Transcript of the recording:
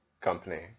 company